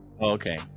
okay